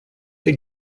they